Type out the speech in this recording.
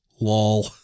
Lol